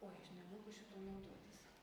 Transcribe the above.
oi aš nemoku šituo naodotis